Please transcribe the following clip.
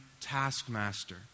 taskmaster